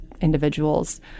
individuals